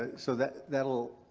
ah so that that will.